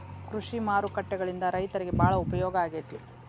ಕೃಷಿ ಮಾರುಕಟ್ಟೆಗಳಿಂದ ರೈತರಿಗೆ ಬಾಳ ಉಪಯೋಗ ಆಗೆತಿ